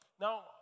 Now